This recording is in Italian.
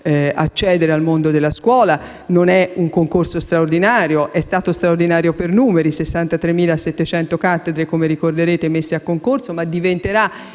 accedere al mondo della scuola. Non è un concorso straordinario, è stato straordinario per numeri (63.700 cattedre, come ricorderete, messe a concorso), ma diventerà